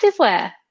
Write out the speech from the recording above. activewear